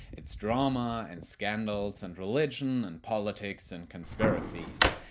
it's drama and scandals and religion and politics and conspiracies.